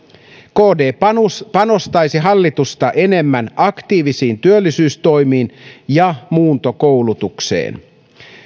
kd panostaisi hallitusta enemmän aktiivisiin työllisyystoimiin ja muuntokoulutukseen